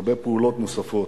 הרבה פעולות נוספות.